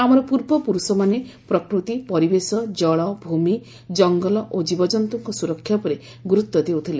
ଆମର ପୂର୍ବ ପୁରୁଷମାନେ ପ୍ରକୃତି ପରିବେଶ ଜଳ ଭୂମି ଜଙ୍ଗଲ ଓ ଜୀବଜନ୍ତୁଙ୍କ ସୁରକ୍ଷା ଉପରେ ଗୁରୁତ୍ୱ ଦେଉଥିଲେ